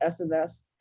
SMS